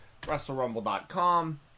WrestleRumble.com